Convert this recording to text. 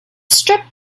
strip